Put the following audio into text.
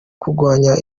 kugwanya